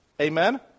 Amen